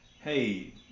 hey